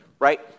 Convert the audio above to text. Right